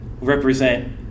represent